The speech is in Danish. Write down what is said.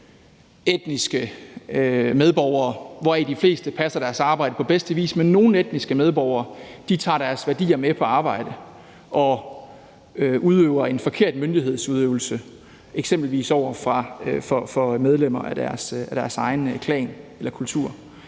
etniske medborgere. De fleste passer deres arbejde på bedste vis, men nogle etniske medborgere tager deres værdier med på arbejde og udøver en forkert myndighedsudøvelse, eksempelvis over for medlemmer af deres egen klan eller kultur.